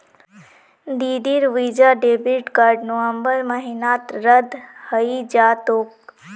दीदीर Visa debit card नवंबर महीनात रद्द हइ जा तोक